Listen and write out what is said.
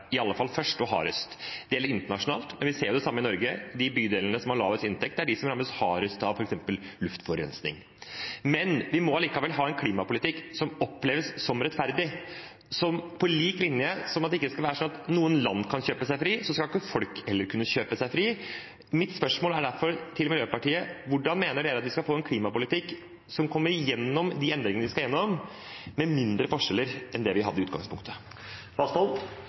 i alle fall først og hardest. Det gjelder internasjonalt, men vi ser det samme i Norge. De bydelene som har lavest inntekt, er de som rammes hardest av f.eks. luftforurensning. Men vi må allikevel ha en klimapolitikk som oppleves som rettferdig. På lik linje med at det ikke skal være sånn at noen land kan kjøpe seg fri, skal heller ikke folk kunne kjøpe seg fri. Mitt spørsmål til Miljøpartiet De Grønne er derfor: Hvordan mener de at vi skal få en klimapolitikk som kommer gjennom de endringene vi skal gjennom, med mindre forskjeller enn det vi hadde i utgangspunktet?